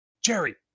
Jerry